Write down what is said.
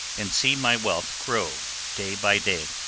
and see my wealth grow day by day.